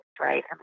right